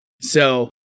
So-